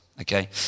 okay